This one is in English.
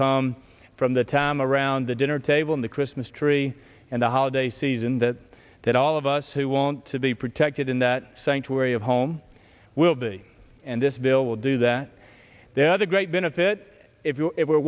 come from the town around the dinner table in the christmas tree and the holiday season that that all of us who want to be protected in that sanctuary of home will be and this bill will do that there's a great benefit if you